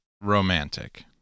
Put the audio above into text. romantic